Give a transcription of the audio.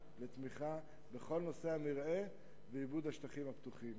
בכל נושא המרעה ועיבוד השטחים הפתוחים.